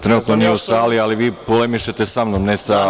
Trenutno nije u sali, ali vi polemišete samnom ne sa